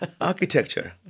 Architecture